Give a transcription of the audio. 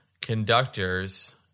conductors